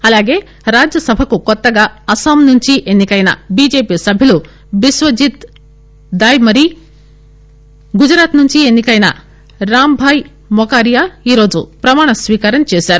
అలాగే రాజ్యసభకు కొత్తగా అస్పాం నుంచి ఎన్నికైన బిజెపి సభ్యులు బిస్వజిత్ దాయ్ మరీ గుజరాత్ నుంచి ఎన్ని కైన రామ్ భాయి మొకారియా ఈరోజు ప్రమాణ స్పీకారం చేశారు